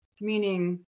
meaning